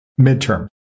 midterm